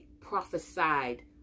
prophesied